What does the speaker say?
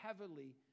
heavily